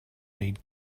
need